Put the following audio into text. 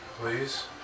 please